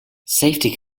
safety